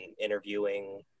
interviewing